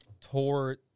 tore